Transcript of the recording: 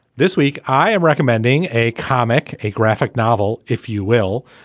this week, i am recommending a comic, a graphic novel, if you will,